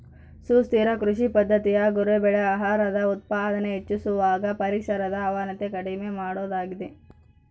ಸುಸ್ಥಿರ ಕೃಷಿ ಪದ್ದತಿಯ ಗುರಿ ಬೆಳೆ ಆಹಾರದ ಉತ್ಪಾದನೆ ಹೆಚ್ಚಿಸುವಾಗ ಪರಿಸರದ ಅವನತಿ ಕಡಿಮೆ ಮಾಡೋದಾಗಿದೆ